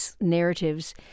narratives